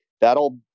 That'll